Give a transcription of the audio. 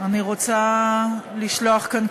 אני רוצה לשלוח כאן,